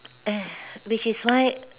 ugh which is why